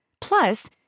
Plus